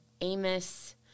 Amos